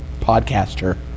podcaster